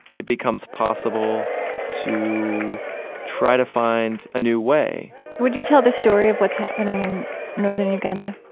it becomes possible to try to find a new way would you tell the story of what's happening in northern uganda?